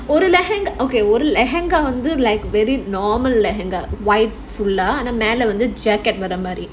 okay like very normal ah white full ah jacket வர மாதிரி:vara maadhiri